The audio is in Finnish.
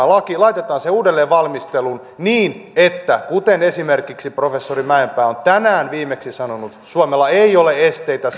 laki laitetaan se uudelleen valmisteluun niin että kuten esimerkiksi professori mäenpää on tänään viimeksi sanonut suomella ei ole esteitä